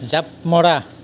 জাঁপ মৰা